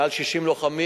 מעל 60 לוחמים,